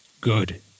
good